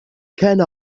كان